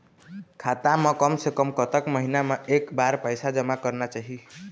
खाता मा कम से कम कतक महीना मा एक बार पैसा जमा करना चाही?